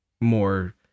more